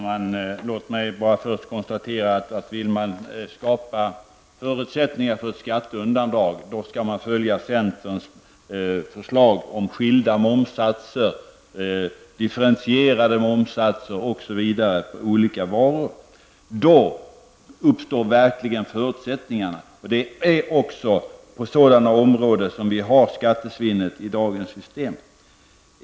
Fru talman! Låt mig först konstatera, att om man vill skapa förutsättningar för ett skatteundandragande, så skall man följa centerns förslag om skilda momssatser, differentierade momssatser osv. på olika varor. Då uppstår verkligen förutsättningarna, och det är också på sådana områden som vi har skattesvinnet i dagens system.